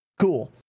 Cool